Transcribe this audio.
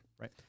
right